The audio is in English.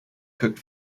cooked